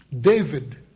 David